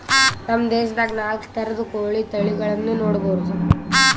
ನಮ್ ಭಾರತ ದೇಶದಾಗ್ ನಾಲ್ಕ್ ಥರದ್ ಕೋಳಿ ತಳಿಗಳನ್ನ ನೋಡಬಹುದ್